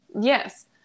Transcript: Yes